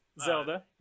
Zelda